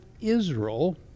Israel